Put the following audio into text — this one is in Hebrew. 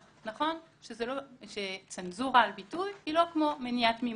נכון שצנזורה על ביטוי היא לא כמו מניעת מימון,